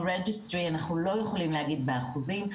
registry אנחנו לא יכולים להגיד באחוזים,